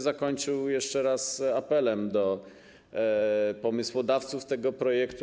Zakończyłbym jeszcze raz apelem do pomysłodawców tego projektu.